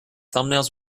thumbnails